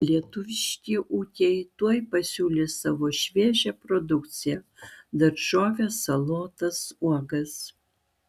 lietuviški ūkiai tuoj pasiūlys savo šviežią produkciją daržoves salotas uogas